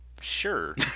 sure